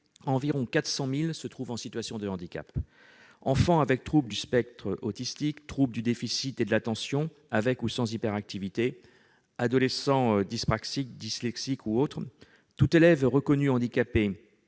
environ 400 000 se trouvent en situation de handicap : enfants avec trouble du spectre autistique, trouble du déficit de l'attention, avec ou sans hyperactivité, adolescents dyspraxiques ou dyslexiques ... Tout élève reconnu handicapé